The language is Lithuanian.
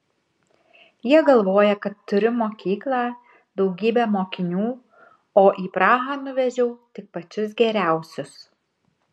jie galvoja kad turiu mokyklą daugybę mokinių o į prahą nuvežiau tik pačius geriausius